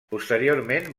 posteriorment